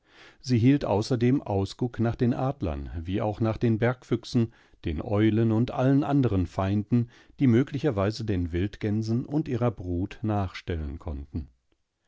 sie hielt außerdem ausguck nach den adlern wie auch nach den bergfüchsen den eulen und allen den anderen feinden die möglicherweise den wildgänsen und ihrer brut nachstellenkonnten